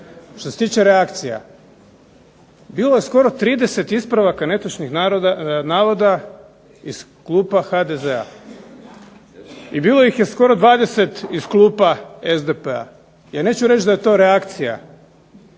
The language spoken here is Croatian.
Što se tiče reakcija, bilo je skoro 30 ispravaka netočnih navoda iz klupa HDZ-a, i bilo ih je skoro 20 iz klupa SDP-a. Ja neću reći da je to reakcija